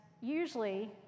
usually